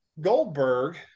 Goldberg